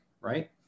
right